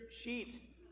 sheet